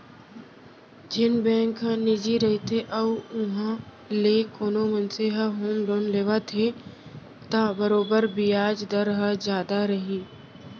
जेन बेंक ह निजी रइथे अउ उहॉं ले कोनो मनसे ह होम लोन लेवत हे त बरोबर बियाज दर ह जादा रही